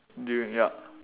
during ya